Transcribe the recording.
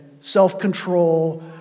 self-control